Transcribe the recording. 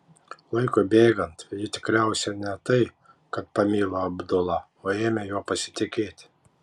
laikui bėgant ji tikriausiai ne tai kad pamilo abdula o ėmė juo pasitikėti